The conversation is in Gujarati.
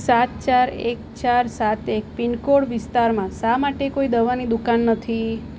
સાત ચાર એક ચાર સાત એક પિનકોડ વિસ્તારમાં શા માટે કોઈ દવાની દુકાન નથી